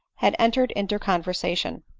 had entered into conversation.